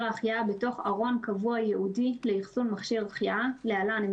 ההחייאה בתוך ארון קבוע ייעודי לאחסון מכשיר החייאה (להלן,